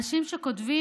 אנשים שכותבים,